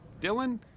Dylan